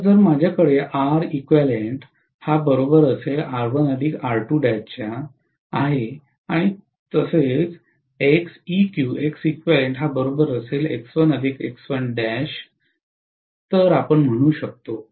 तर जर माझ्याकडे आहे आणि तर आपण म्हणू शकतो